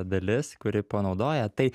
dalis kuri panaudoja tai